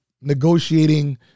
negotiating